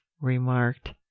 remarked